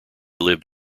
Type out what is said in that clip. lived